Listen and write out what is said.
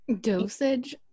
dosage